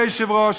לא יהיה כלום.